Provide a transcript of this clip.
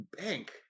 bank